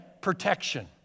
protection